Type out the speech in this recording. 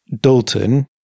Dalton